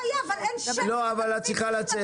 את צריכה לצאת.